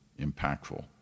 impactful